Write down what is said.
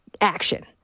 action